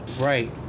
Right